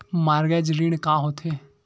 Mortgage ऋण का होथे?